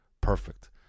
Perfect